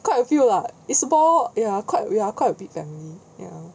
quite a few lah it's more ya quite ya quite a big family ya